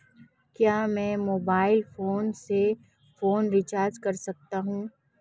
क्या मैं mobile phone से फोन रिचार्ज कर सकता हूं?